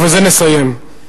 ובזה נסיים.